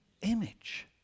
image